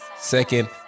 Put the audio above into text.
second